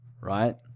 right